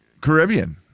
Caribbean